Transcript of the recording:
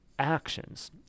Actions